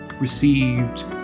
received